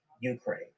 Ukraine